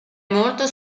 molto